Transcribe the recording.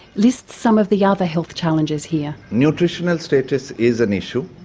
lists some of the other health challenges here. nutritional status is an issue.